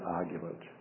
argument